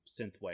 Synthwave